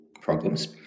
problems